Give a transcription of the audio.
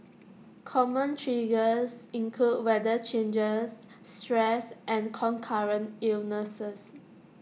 common triggers include weather changes stress and concurrent illnesses